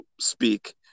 speak